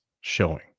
showing